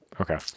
Okay